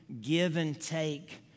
Give-and-take